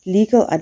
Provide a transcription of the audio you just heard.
Legal